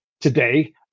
today